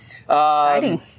Exciting